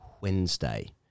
Wednesday